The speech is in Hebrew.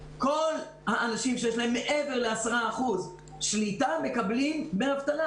כל האנשים שיש להם מעבר ל-10% שליטה מקבלים דמי אבטלה